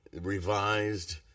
revised